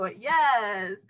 Yes